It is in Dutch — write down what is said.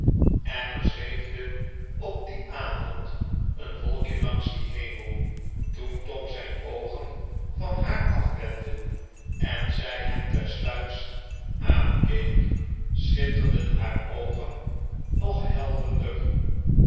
en er zweefde op dien avond een wolkje langs dien hemel toen tom zijn oogen van haar afwendde en zij hem tersluiks aankeek schitterden haar oogen nog helderder